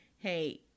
hey